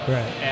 Right